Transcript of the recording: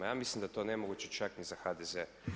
Ja mislim da je to nemoguće čak ni za HDZ.